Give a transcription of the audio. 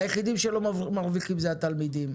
היחידים שלא מרוויחים זה התלמידים,